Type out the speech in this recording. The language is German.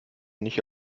nicht